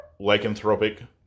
lycanthropic